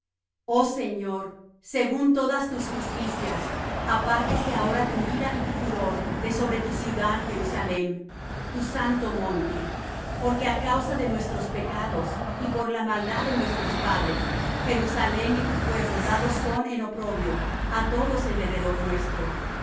oh señor según todas tus justicias apártese ahora tu ira y tu furor de sobre tu ciudad jerusalem tu santo monte porque á causa de nuestros pecados y por la maldad de nuestros padres jerusalem y tu pueblo dados son en oprobio á todos en derredor nuestro